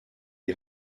die